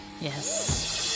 yes